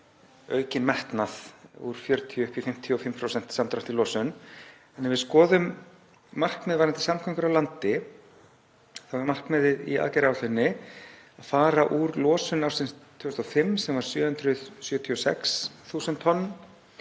aukinn metnað úr 40 upp í 55% samdrátt í losun. Ef við skoðum markmið varðandi samgöngur á landi þá er markmiðið í aðgerðaáætluninni að fara úr losun ársins 2005, sem var 776.000 tonn,